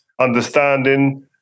understanding